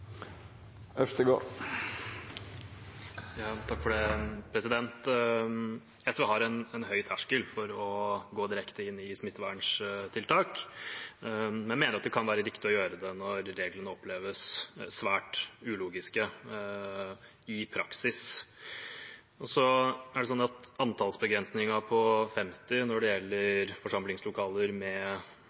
SV har en høy terskel for å gå direkte inn i smitteverntiltak, men jeg mener at det kan være riktig å gjøre det når reglene oppleves som svært ulogiske i praksis. Antallsbegrensningen på 50 når det gjelder forsamlingslokaler med benker, i motsetning til 200 når det er lokaler med